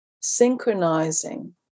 synchronizing